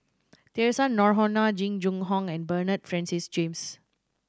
Theresa Noronha Jing Jun Hong and Bernard Francis James